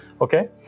Okay